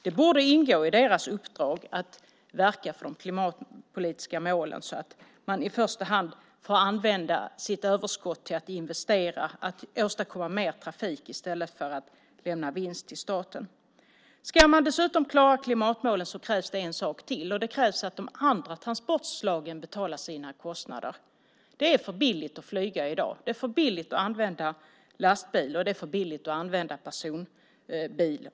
Det borde ingå i SJ:s uppdrag att verka för de klimatpolitiska målen så att man i första hand får använda sitt överskott till att investera och åstadkomma mer trafik i stället för att lämna vinst till staten. Ska man dessutom klara klimatmålen krävs det en sak till. Det krävs att de andra transportslagen betalar sina kostnader. Det är för billigt att flyga i dag. Det är för billigt att använda lastbil, och det är för billigt att använda personbil.